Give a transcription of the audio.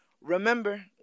Remember